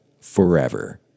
Forever